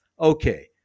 Okay